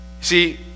See